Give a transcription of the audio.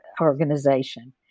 organization